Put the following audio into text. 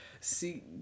see